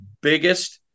biggest